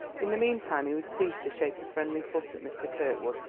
in the meantime he was pleased to shake a friendly foot at mr. kirkwood,